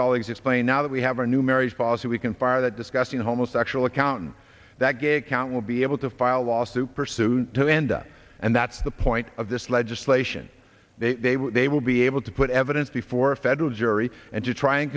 colleagues explain now that we have a new marriage policy we can fire that disgusting homosexual account and that gay account will be able to file a lawsuit pursued the ndaa and that's the point of this legislation they will be able to put evidence before a federal jury and to try and